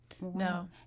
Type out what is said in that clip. No